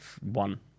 one